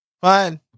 Fine